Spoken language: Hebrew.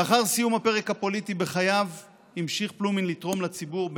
לאחר סיום הפרק הפוליטי בחייו המשיך פלומין לתרום לציבור,